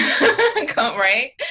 right